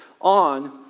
on